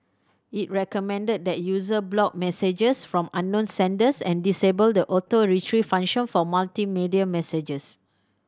it recommended that user block messages from unknown senders and disable the Auto Retrieve function for multimedia messages